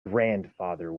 grandfather